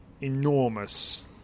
enormous